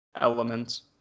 elements